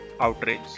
Outrage